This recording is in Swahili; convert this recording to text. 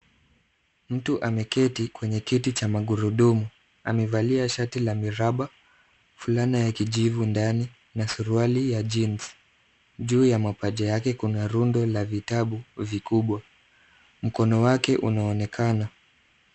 Mtu ameketi kwenye kiti cha magurudumu. Amevalia shati la miraba, fulana ya kijivu ndani na suruali ya jeans . Juu ya mapaja yake kuna rundo la vitabu vikubwa. Mkono wake unaonekana.